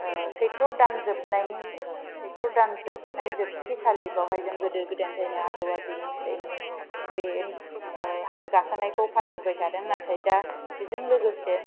सैत्र दान जोबनायनि सैत्र दान जोबनाय जोबथेखालि बेवहाय जों गोदो गोदायनिफ्रायनो आजौ आजैनिफ्रानो बे हाजो गाखोनायखो फालिबोबाय थादों नाथाय दा बेजों लोगोसे